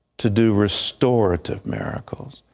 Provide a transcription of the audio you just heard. to do restorative miracles.